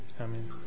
Amen